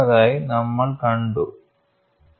അതിനാൽനമുക്ക് ആ സന്ദർഭത്തിൽ CTOD ക്കു ഡെൽറ്റ ഉപയോഗിക്കാം